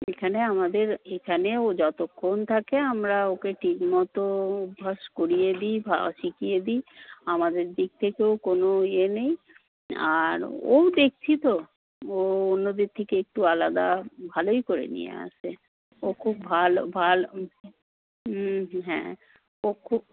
এখানে আমাদের এখানে ও যতক্ষণ থাকে আমরা ওকে ঠিক মতো অভ্যাস করিয়ে দিই বা শিখিয়ে দিই আমাদের দিক থেকেও কোনও ইয়ে নেই আর ও দেখছি তো ও অন্যদের থেকে একটু আলাদা ভালোই করে নিয়ে আসবে ও খুব ভালো ভালো হুম হ্যাঁ ও খুব